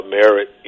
merit